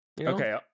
Okay